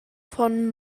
vom